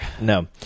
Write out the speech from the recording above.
No